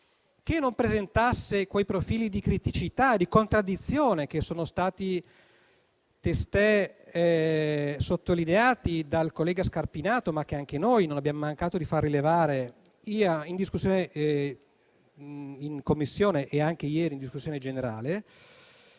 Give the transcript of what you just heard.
che non presentasse quei profili di criticità e di contraddizione che sono stati testé sottolineati dal collega Scarpinato, ma che anche noi non abbiamo mancato di far rilevare sia in discussione in Commissione, sia ieri in discussione generale.